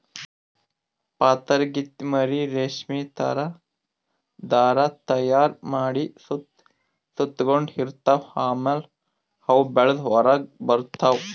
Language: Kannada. ಪಾತರಗಿತ್ತಿ ಮರಿ ರೇಶ್ಮಿ ಥರಾ ಧಾರಾ ತೈಯಾರ್ ಮಾಡಿ ಸುತ್ತ ಸುತಗೊಂಡ ಇರ್ತವ್ ಆಮ್ಯಾಲ ಅವು ಬೆಳದ್ ಹೊರಗ್ ಬರ್ತವ್